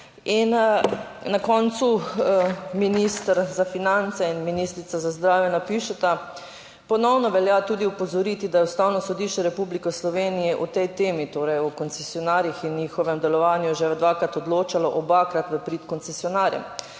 In na koncu minister za finance in ministrica za zdravje napišeta: "Ponovno velja tudi opozoriti, da je Ustavno sodišče Republike Slovenije o tej temi, torej o koncesionarjih in njihovem delovanju, že dvakrat odločalo, obakrat v prid koncesionarjem.